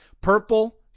purple